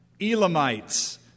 Elamites